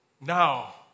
Now